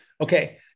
Okay